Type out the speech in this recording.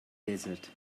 desert